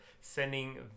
sending